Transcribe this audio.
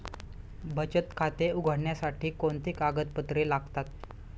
बचत खाते उघडण्यासाठी कोणती कागदपत्रे लागतात?